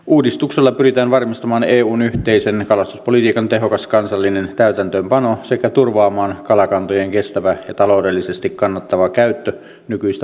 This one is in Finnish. uudistuksella pyritään varmistamaan eun yhteisen kalastuspolitiikan tehokas kansallinen täytäntöönpano sekä turvaamaan kalakantojen kestävä ja taloudellisesti kannattava käyttö nykyistä paremmin